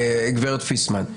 גברת פיסמן,